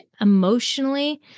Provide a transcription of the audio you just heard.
emotionally